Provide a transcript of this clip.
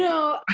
know,